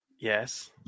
Yes